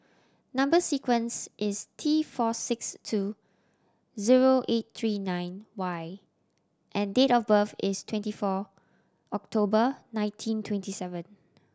number sequence is T four six two zero eight three nine Y and date of birth is twenty four October nineteen twenty seven